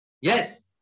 Yes